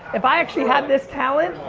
if i actually had this talent,